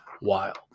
wild